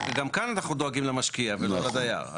גם כאן אנחנו דואגים למשקיע ולא לדייר.